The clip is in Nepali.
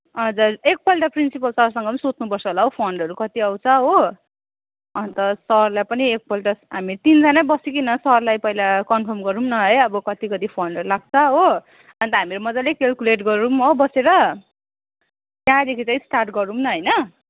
हजुर एकपल्ट प्रिन्सिपल सरसँग पनि सोध्नपर्छ होला हो फन्डहरू कति आउँछ हो अन्त सरलाई पनि एकपल्ट हामी तिनजानै बसिकन सरलाई पहिला कन्फर्म गरौँ न है अब कति कति फन्डहरू लाग्छ हो अन्त हामीहरू मजाले क्यालकुलेट गरौँ हो बसेर त्यहाँदेखि चाहिँ स्टार्ट गरौँ न होइन